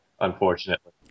unfortunately